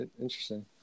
interesting